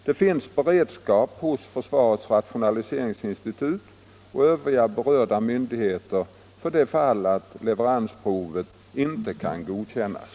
Det finns beredskap hos försvarets rationaliseringsinstitut och övriga berörda myndigheter för det fall att leveransproven inte kan godkännas.